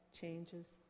changes